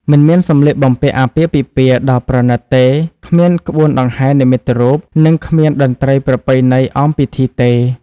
មិនមានសម្លៀកបំពាក់អាពាហ៍ពិពាហ៍ដ៏ប្រណិតទេ គ្មានក្បួនដង្ហែនិមិត្តរូប និងគ្មានតន្ត្រីប្រពៃណីអមពិធីទេ។